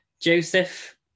Joseph